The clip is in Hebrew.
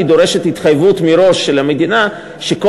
היא דורשת התחייבות מראש של המדינה שכל